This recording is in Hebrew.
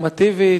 נורמטיבית,